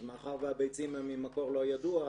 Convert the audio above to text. מאחר שהביצים הן ממקור לא ידוע,